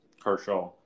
Kershaw